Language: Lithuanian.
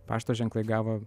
pašto ženklai gavo